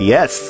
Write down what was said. Yes